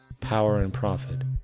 power and profit,